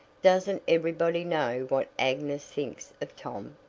doesn't everybody know what agnes thinks of tom?